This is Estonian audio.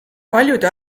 paljude